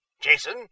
Jason